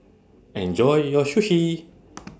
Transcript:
Enjoy your Sushi